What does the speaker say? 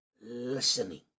listening